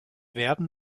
werben